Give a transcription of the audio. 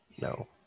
No